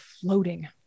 floating